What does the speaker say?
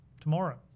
tomorrow